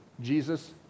Jesus